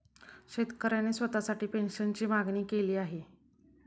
शेतकऱ्याने स्वतःसाठी पेन्शनची मागणी केली आहे